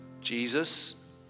Jesus